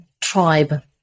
tribe